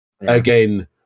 again